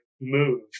move